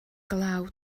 glaw